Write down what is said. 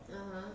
(uh huh)